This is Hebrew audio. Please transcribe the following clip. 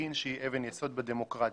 להפגין שהיא אבן יסוד בדמוקרטיה.